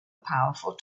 powerful